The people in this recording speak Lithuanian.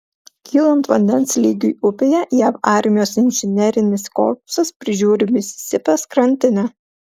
kylant vandens lygiui upėje jav armijos inžinerinis korpusas prižiūri misisipės krantinę